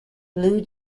blue